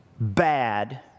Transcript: bad